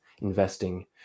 investing